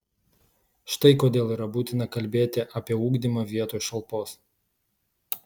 štai kodėl yra būtina kalbėti apie ugdymą vietoj šalpos